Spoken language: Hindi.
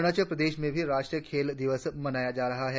अरुणाचल प्रदेश में भी राष्ट्रीय खेल दिवस मनाया जा रहा है